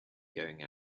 going